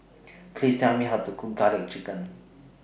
Please Tell Me How to Cook Garlic Chicken